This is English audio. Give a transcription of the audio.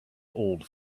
old